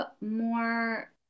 more